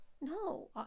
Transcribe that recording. No